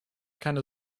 keine